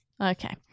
Okay